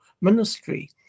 ministry